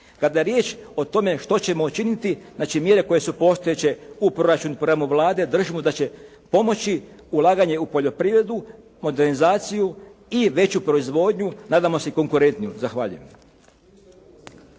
Dakle, riječ je o tome što ćemo učiniti, znači mjere koje su postojeće u proračunu, programu Vlade držimo da će pomoći ulaganje u poljoprivredu, modernizaciju i veću proizvodnju nadamo se i konkurentniju. Zahvaljujem.